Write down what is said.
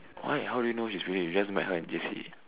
why how do you know she's weak you just met her in J_C